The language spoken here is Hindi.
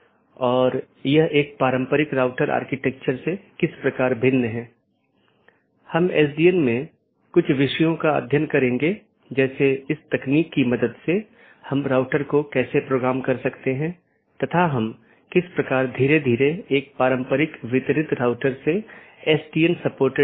दूसरे अर्थ में हमारे पूरे नेटवर्क को कई ऑटॉनमस सिस्टम में विभाजित किया गया है जिसमें कई नेटवर्क और राउटर शामिल हैं जो ऑटॉनमस सिस्टम की पूरी जानकारी का ध्यान रखते हैं हमने देखा है कि वहाँ एक बैकबोन एरिया राउटर है जो सभी प्रकार की चीजों का ध्यान रखता है